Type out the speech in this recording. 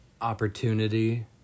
opportunity